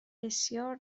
بسیار